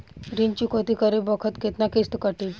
ऋण चुकौती करे बखत केतना किस्त कटी?